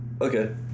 Okay